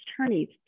attorneys